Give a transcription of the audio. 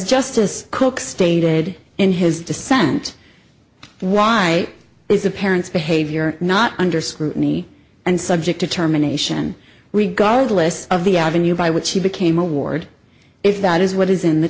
justice cook stated in his dissent why is a parent's behavior not under scrutiny and subject to terminations regardless of the avenue by which he became a ward if that is what is in the